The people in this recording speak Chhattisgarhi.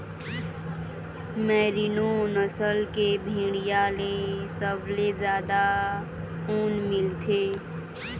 मैरिनो नसल के भेड़िया ले सबले जादा ऊन मिलथे